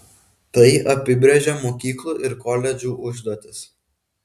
tai apibrėžia mokyklų ir koledžų užduotis